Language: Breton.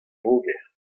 voger